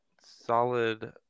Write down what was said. solid